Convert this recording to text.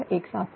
006274 j0